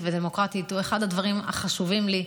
ודמוקרטית הוא אחד הדברים החשובים לי.